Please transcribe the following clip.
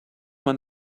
man